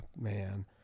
man